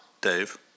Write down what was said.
Dave